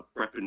prepping